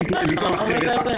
כמה שצריך.